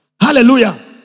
Hallelujah